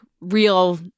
real